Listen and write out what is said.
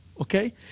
Okay